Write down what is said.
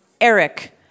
Eric